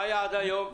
מה היה עד היום?